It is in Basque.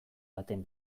baten